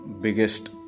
biggest